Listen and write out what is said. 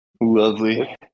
Lovely